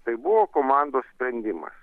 tai buvo komandos sprendimas